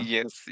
Yes